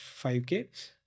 5K